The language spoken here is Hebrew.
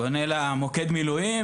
אני פונה למוקד מילואים,